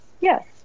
Yes